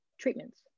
treatments